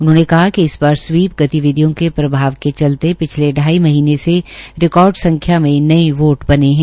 उन्होंने कहा कि इस बार स्वीप गतिविधियों के प्रभाव के चलते पिछले ढाई महीने में रिकॉर्ड संख्या में नए वोट बने हैं